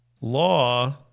law